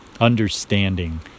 understanding